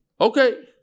Okay